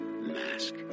Mask